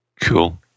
Cool